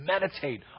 meditate